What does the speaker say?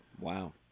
wow